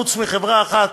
חוץ מחברה אחת,